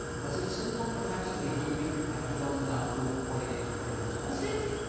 was it sinful for christ to be hungry after going without food for forty days and forty nights? was it?